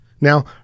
Now